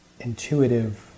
intuitive